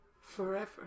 forever